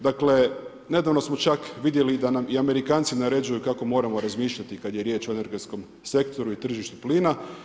Dakle, nedavno smo čak vidjeli da nam i Amerikanci naređuju kako moramo razmišljati kad je riječ o energetskom sektoru i tržištu plina.